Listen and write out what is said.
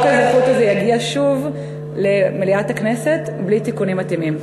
האזרחות הזה יגיע שוב למליאת הכנסת בלי תיקונים מתאימים.